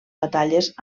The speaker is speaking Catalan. batalles